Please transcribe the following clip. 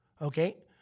Okay